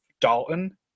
Dalton